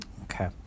Okay